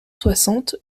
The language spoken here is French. soixante